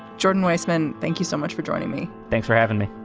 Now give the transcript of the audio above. jordan weisman, thank you so much for joining me. thanks for having me.